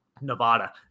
Nevada